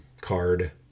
card